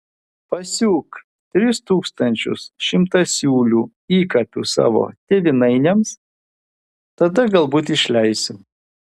pasiūk tris tūkstančius šimtasiūlių įkapių savo tėvynainiams tada galbūt išleisiu